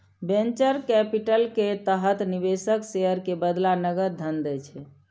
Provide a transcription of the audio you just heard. venture capital के तहत निवेशक शेयर के बदला नकद धन दै छै